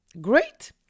great